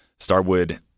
Starwood